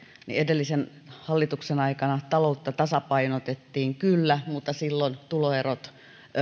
niin edellisen hallituksen aikana taloutta tasapainotettiin kyllä mutta silloin tuloerot